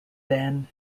then